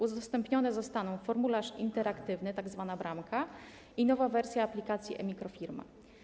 Udostępnione zostaną: formularz interaktywny, tzw. bramka, i nowa wersja aplikacji e-mikrofirma.